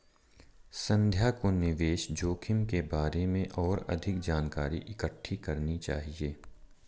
संध्या को निवेश जोखिम के बारे में और अधिक जानकारी इकट्ठी करनी चाहिए